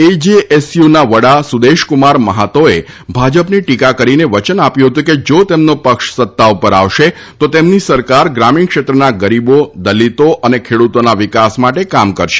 એજેએસયુના વડા સુદેશ કુમાર મહાતોએ ભાજપની ટીકા કરીને વયન આપ્યું હતું કે જો તેમનો પક્ષ સત્તા ઉપર આવશે તો તેમની સરકાર ગ્રામીણ ક્ષેત્રના ગરીબો દલિતો અને ખેડૂતોના વિકાસ માટે કામ કરશે